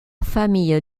famille